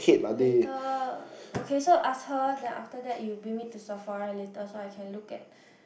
later okay so ask her then after that you bring me to Sephora later so I can look at